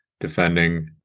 defending